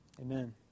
Amen